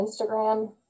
Instagram